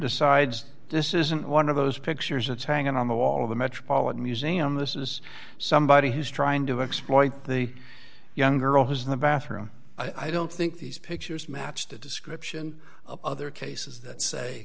besides this isn't one of those pictures that's hanging on the wall of the metropolitan museum this is somebody who's trying to exploit the young girl who's in the bathroom i don't think these pictures matched the description of other cases that